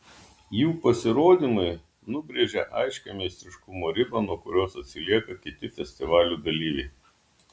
jų pasirodymai nubrėžia aiškią meistriškumo ribą nuo kurios atsilieka kiti festivalių dalyviai